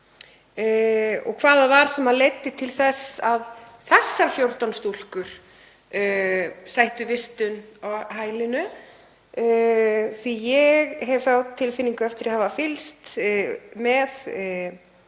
hvað það var sem leiddi til þess að þessar 14 stúlkur sættu vistun á hælinu því að ég hef þá tilfinningu, eftir að hafa fylgst með